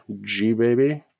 G-Baby